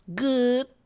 good